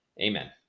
Amen